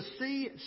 see